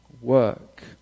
work